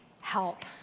help